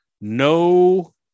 no